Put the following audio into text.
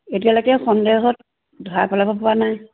এতিয়ালৈকে সন্দেহত ধৰা পেলাব পৰা নাই